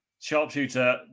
sharpshooter